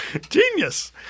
Genius